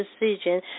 decision